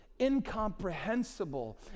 incomprehensible